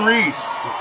Reese